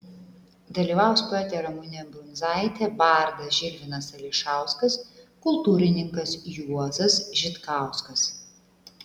dalyvaus poetė ramunė brundzaitė bardas žilvinas ališauskas kultūrininkas juozas žitkauskas